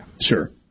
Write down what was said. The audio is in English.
Sure